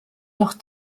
doch